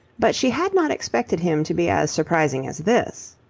but she had not expected him to be as surprising as this.